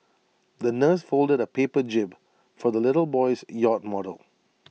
the nurse folded A paper jib for the little boy's yacht model